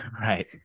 Right